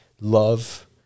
love